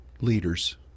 leaders